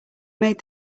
made